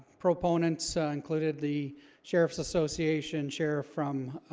proponents included the sheriffs association sheriff from